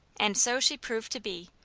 and so she proved to be.